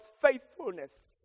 faithfulness